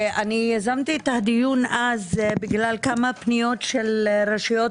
ואני יזמתי את הדיון אז בגלל כמה פניות של רשויות